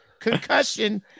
concussion